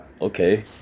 Okay